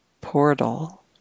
portal